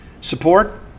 support